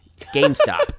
GameStop